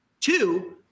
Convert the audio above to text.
Two